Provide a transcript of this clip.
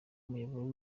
umuyoboro